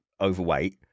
overweight